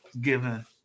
given